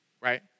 Right